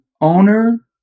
owner